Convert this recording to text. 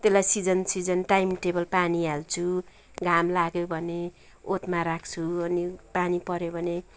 त्यसलाई season season timetable पानी हाल्छु घाम लाग्यो भने ओतमा राख्छु अनि पानी पऱ्यो भने